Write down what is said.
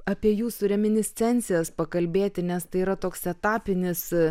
apie jūsų reminiscencijas pakalbėti nes tai yra toks etapinis